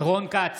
רון כץ,